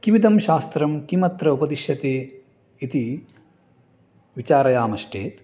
किमिदं शास्त्रं किमत्र उपदिश्यते इति विचारयामश्चेत्